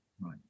Right